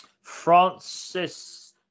Francis